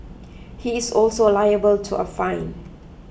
he is also liable to a fine